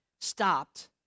stopped